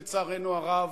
לצערנו הרב,